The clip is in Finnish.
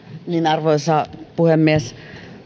arvoisa puhemies nyt